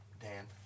Dan